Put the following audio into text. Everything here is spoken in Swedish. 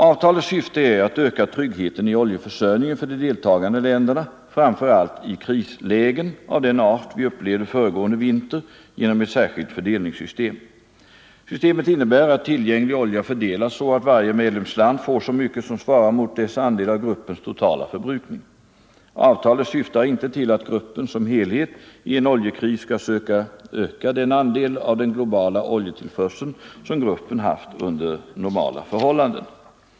Avtalets syfte är att öka tryggheten i oljeförsörjningen för de deltagande länderna, framför allt i krislägen av den art vi upplevde föregående vinter, genom ett särskilt fördelningssystem. Systemet innebär att tillgänglig olja fördelas så att varje medlemsland får så mycket som svarar mot dess andel av gruppens totala förbrukning. Avtalet syftar inte till att gruppen som helhet i en oljekris skall söka öka den andel av den globala oljetillförseln som gruppen haft under normala förhållanden.